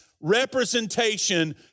representation